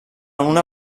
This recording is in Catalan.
una